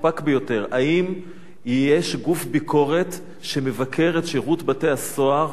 האם יש גוף ביקורת שמבקר את שירות בתי-הסוהר בעניין הזה,